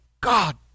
God